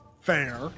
fair